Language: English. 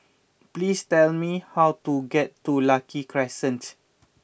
please tell me how to get to Lucky Crescent